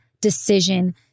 decision